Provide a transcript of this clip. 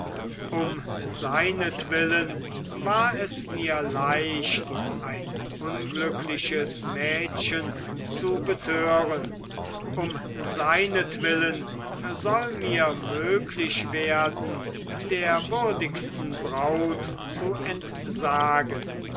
um seinetwillen war es mir leicht ein unglückliches mädchen zu betören um seinetwillen soll mir möglich werden der würdigsten braut zu entsagen